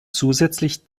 zusätzlich